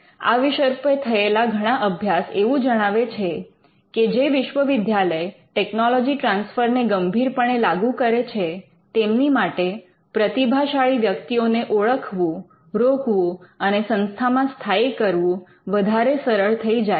આ વિષય પર થયેલા ઘણા અભ્યાસ એવું જણાવે છે કે જે વિશ્વવિદ્યાલય ટેકનોલોજી ટ્રાન્સફર ને ગંભીરપણે લાગુ કરે છે તેમની માટે પ્રતિભાશાળી વ્યક્તિઓ ને ઓળખવું રોકવું અને સંસ્થામાં સ્થાયી કરવું વધારે સરળ થઈ જાય છે